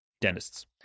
dentists